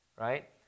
right